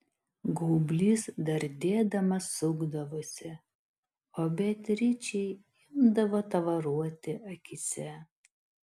gaublys dardėdamas sukdavosi o beatričei imdavo tavaruoti akyse